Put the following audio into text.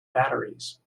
batteries